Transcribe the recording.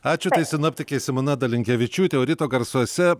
ačiū tai sinoptikė simona dalinkevičiūtė o ryto garsuose